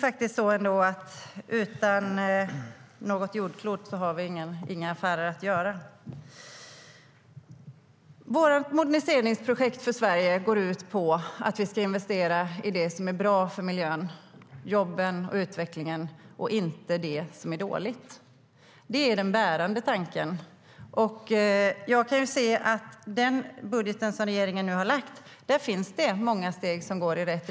Utan något jordklot har vi inte några affärer att göra. Vårt moderniseringsprojekt för Sverige går ut på att vi ska investera i det som är bra för miljön, jobben och utvecklingen och inte i det som är dåligt. Det är den bärande tanken. Jag kan se att det i den budget som regeringen nu har lagt fram finns många steg i rätt riktning när det gäller detta.